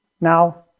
now